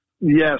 yes